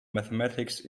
mathematics